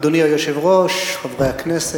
אדוני היושב-ראש, חברי הכנסת,